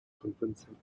convincing